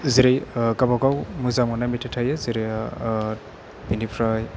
जेरै गावबा गाव मोजां मोननाय मेथाइ थायो जेरै बिनिफ्राय